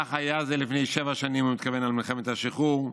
כך היה זה לפני שבע שנים" הוא מתכוון למלחמת השחרור,